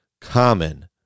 common